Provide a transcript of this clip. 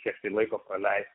kiek tai laiko praleist